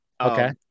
Okay